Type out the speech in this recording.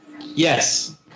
Yes